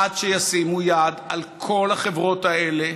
עד שישימו יד על כל החברות האלה,